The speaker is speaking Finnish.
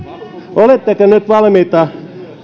oletteko te nyt valmis